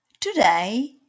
Today